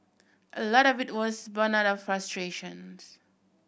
a lot of it was born out of frustrations